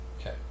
Okay